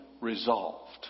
resolved